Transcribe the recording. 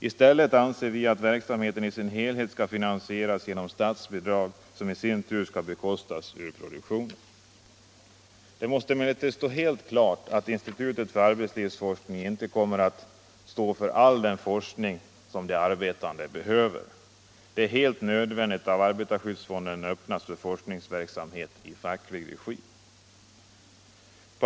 I stället anser vi att verksamheten i sin helhet skall finansieras genom statsbidrag, som i sin tur skall bekostas av produktionen. Det måste emellertid stå helt klart att institutet för arbetslivsforskning inte kommer att kunna stå för all den forskning som de arbetande behöver. Det är helt nödvändigt att arbetarskyddsfonden öppnas för forskningsverksamhet i facklig regi.